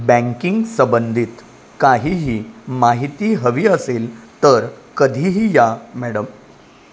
बँकिंगसंबंधित काहीही माहिती हवी असेल तर कधीही या मॅडम